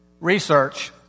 research